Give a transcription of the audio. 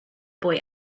boy